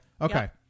Okay